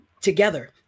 together